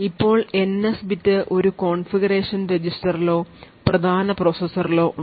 ഇപ്പോൾ NS bit ഒരു configuration രജിസ്റ്ററിലോ പ്രധാന പ്രോസസ്സറിലോ ഉണ്ട്